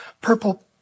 purple